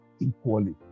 equally